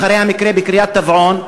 אני חושב שזאת הזדמנות.